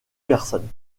personnes